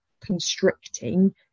constricting